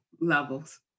levels